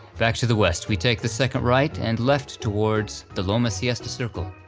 back to the west we take the second right and left towards the loma siesta circle.